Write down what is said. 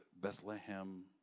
Bethlehem